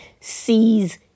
sees